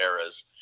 eras